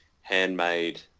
handmade